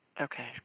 Okay